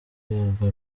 rwego